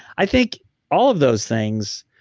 i think all of those things,